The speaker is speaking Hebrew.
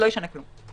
לא ישנה כלום.